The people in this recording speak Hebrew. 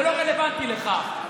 זה לא רלוונטי לך.